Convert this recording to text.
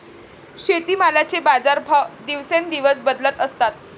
शेतीमालाचे बाजारभाव दिवसेंदिवस बदलत असतात